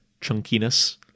chunkiness